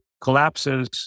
collapses